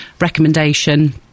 recommendation